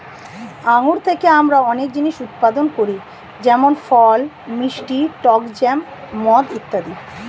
আঙ্গুর থেকে আমরা অনেক জিনিস উৎপাদন করি যেমন ফল, মিষ্টি, টক জ্যাম, মদ ইত্যাদি